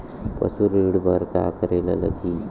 पशु ऋण बर का करे ला लगही?